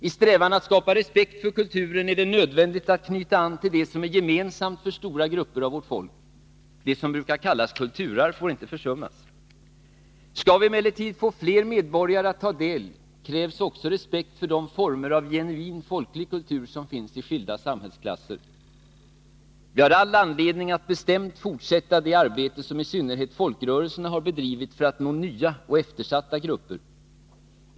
I strävan att skapa respekt för kulturen är det nödvändigt att knyta an till det som är gemensamt för stora grupper av vårt folk: det som brukar kallas kulturarv får inte försummas. Skall vi emellertid få fler medborgare att ta del, krävs också respekt för de former av genuin, folklig kultur som finns i skilda samhällsklasser. Vi har all anledning att bestämt fortsätta det arbete som i synnerhet folkrörelserna har bedrivit för att nå nya och eftersatta grupper.